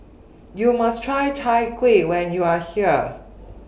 YOU must Try Chai Kuih when YOU Are here